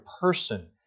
person